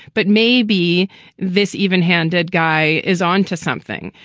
but maybe this evenhanded guy is on to something.